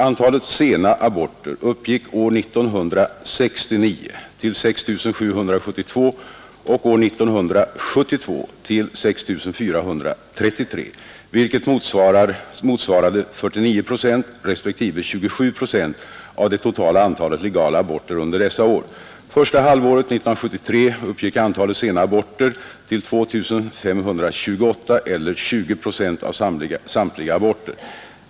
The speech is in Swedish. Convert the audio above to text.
Antalet sena aborter uppgick år 1969 till 6 772 och år 1972 till 6 433, vilket motsvarade 49 procent respektive 27 procent av det totala antalet legala aborter under dessa år. Första halvåret 1973 uppgick antalet sena aborter till 2 528 eller 20 procent av samtliga aborter.